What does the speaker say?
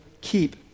keep